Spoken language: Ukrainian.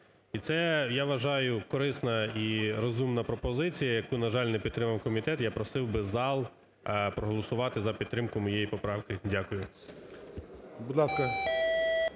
І це, я вважаю, корисна і розумна пропозиція, яку, на жаль, не підтримав комітет. Я просив би зал проголосувати за підтримку моєї поправки. Дякую.